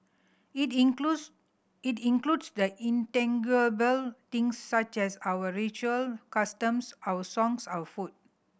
it includes it includes the intangible things such as our ritual customs our songs our food